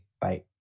Bye